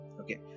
Okay